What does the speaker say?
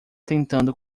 tentando